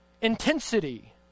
intensity